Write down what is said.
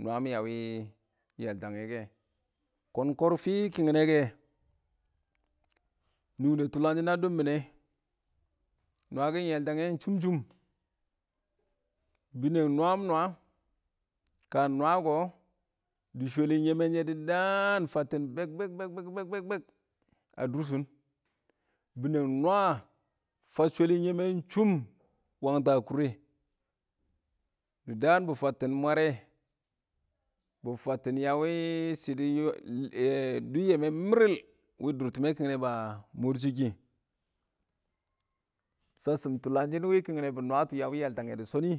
Nwaam a wɪɪn yaltangɛ, kɔrfɪ kɪngnɛ kɛ, nungdə tʊlangshɪn a dʊb mɪ nɛ, nwaakɪn yaltangɛ ɪng chʊm-chʊm, binəng nwaam-nwaam, ka nwaa kɔ, dɪ shwɛlɪn yɛmɛnshɛ dɪ daam fattɪn bɛɛk-bɛɛk bɛɛk bɛɛk bɛɛk a dʊr shɪn, binəng nwaa fam shwalɪm yɛmɛnshɛ ɪng chʊm wangta a kʊrɛ dɪ daan bɪ fattɪn mwarɛ bɪ fattɪn a wɪ shɪdɔ wɪ dʊb yɛmɛ mɪrɪb wɪ dʊrtɪmmɛ kɪngnɛ ba mʊr shɪ kɪ, shasshɪm tʊlangshɪn kɪngnɛ bɪ nwaatɔ a wɪ yaltangɛ dɪ shɔnɪ,